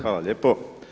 Hvala lijepa.